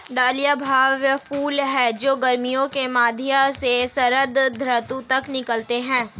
dahlia भव्य फूल हैं जो गर्मियों के मध्य से शरद ऋतु तक खिलते हैं